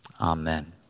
Amen